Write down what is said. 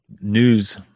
news